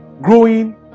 Growing